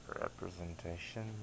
representation